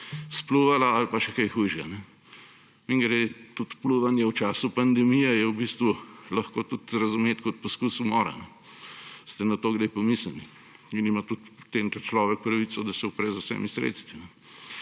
spljuvala ali pa še kaj hujšega. Mimogrede, tudi pljuvanje v času pandemije je v bistvu lahko tudi razumeti kot poskus umora. Ste na to kdaj pomislili? In ima tudi potem ta človek pravico, da se upre z vsemi sredstvi,